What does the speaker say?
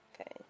Okay